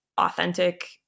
authentic